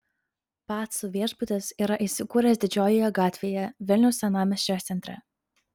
pacų viešbutis yra įsikūręs didžiojoje gatvėje vilniaus senamiesčio centre